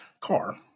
car